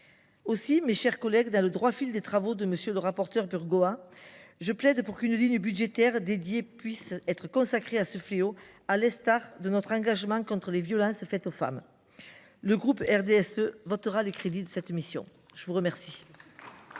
Aussi, mes chers collègues, dans le droit fil des travaux du rapporteur pour avis Laurent Burgoa, je plaide pour qu’une ligne budgétaire dédiée soit consacrée à ce fléau, à l’instar de notre engagement contre les violences faites aux femmes. Le groupe du RDSE votera les crédits de cette mission. La parole